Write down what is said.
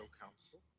council